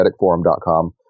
energeticforum.com